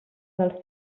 del